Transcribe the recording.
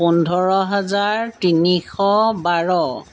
পোন্ধৰ হাজাৰ তিনিশ বাৰ